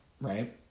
right